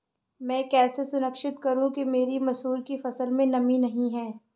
मैं कैसे सुनिश्चित करूँ कि मेरी मसूर की फसल में नमी नहीं है?